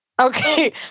Okay